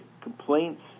complaints